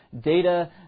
data